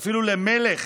אפילו למלך